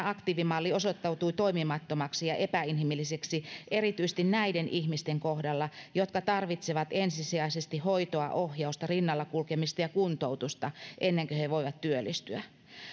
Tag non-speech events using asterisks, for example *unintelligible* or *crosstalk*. *unintelligible* aktiivimalli osoittautui toimimattomaksi ja epäinhimilliseksi erityisesti näiden ihmisten kohdalla jotka tarvitsevat ensisijaisesti hoitoa ohjausta rinnalla kulkemista ja kuntoutusta ennen kuin he voivat työllistyä